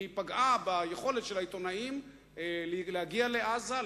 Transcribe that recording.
היא פגעה ביכולת של העיתונאים להגיע לעזה,